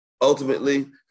ultimately